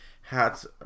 hat's